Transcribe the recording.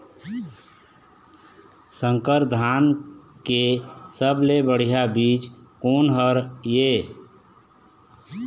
संकर धान के सबले बढ़िया बीज कोन हर ये?